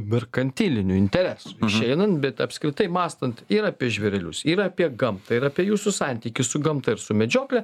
merkantilinių interesų išeinant bet apskritai mąstant ir apie žvėrelius ir apie gamtą ir apie jūsų santykį su gamta ir su medžiokle